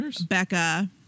Becca